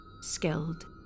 Skilled